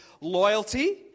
loyalty